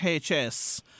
HS